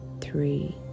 three